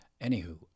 Anywho